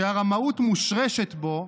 שהרמאות מושרשת בו,